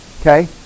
Okay